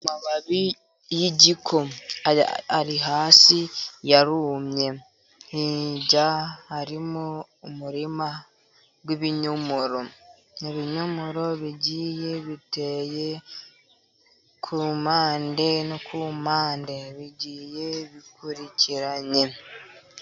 Amababi y' igiko ari hasi yarumye, hirya hariho umurima w' ibinyomoro. Ibinyomoro bigiye biteye ku mpande no ku mpande, bigiye bikurikiranye.